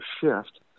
shift